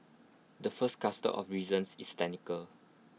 the first cluster of reasons is technical